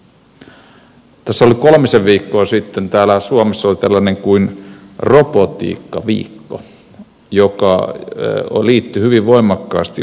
tässä oli kolmisen viikkoa sitten täällä suomessa tällainen kuin robotiikkaviikko joka liittyi hyvin voimakkaasti uusteollistamiseen